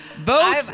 Vote